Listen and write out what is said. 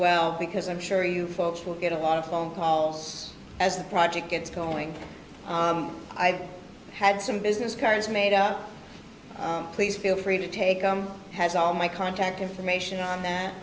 well because i'm sure you folks will get a lot of phone calls as the project gets going i've had some business cards made up please feel free to take has all my contact information on that